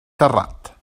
terrat